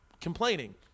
complaining